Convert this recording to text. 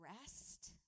rest